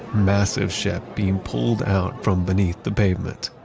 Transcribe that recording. massive ship being pulled out from beneath the pavement.